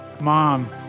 mom